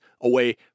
away